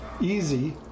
Easy